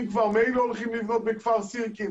אם כבר ממילא הולכים לבנות בכפר סירקין,